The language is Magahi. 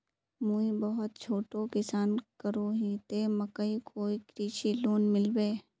मुई बहुत छोटो किसान करोही ते मकईर कोई कृषि लोन मिलबे?